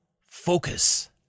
Focus